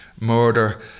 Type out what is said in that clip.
murder